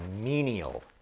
menial